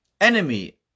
enemy